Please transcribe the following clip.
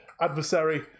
adversary